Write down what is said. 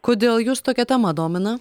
kodėl jus tokia tema domina